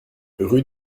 rue